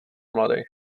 mladej